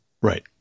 Right